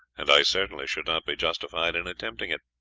and i certainly should not be justified in attempting it.